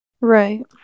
Right